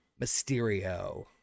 Mysterio